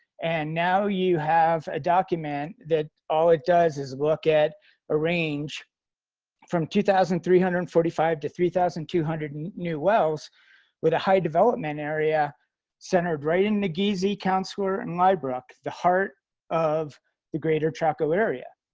and now you have a document that all it does is look at a range from two thousand three hundred and forty five to three thousand two hundred new new wells with a high development area centered right in the nageezi, counselor, and lybrook, the heart of the greater chaco area.